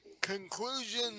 conclusion